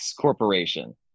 corporation